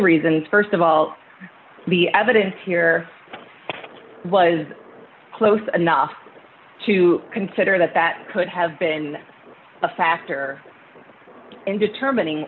reasons st of all the evidence here was close enough to consider that that could have been a factor in determining